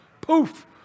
Poof